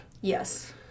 Yes